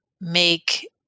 make